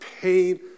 pain